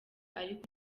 ariko